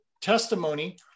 testimony